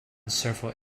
several